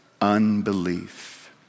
Unbelief